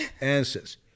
answers